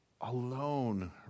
alone